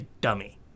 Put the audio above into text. dummy